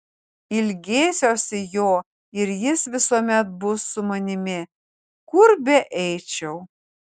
ilgėsiuosi jo ir jis visuomet bus su manimi kur beeičiau